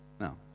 Now